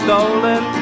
Stolen